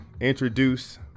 introduce